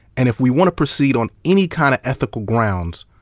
and if we want to proceed on any kind of ethical grounds,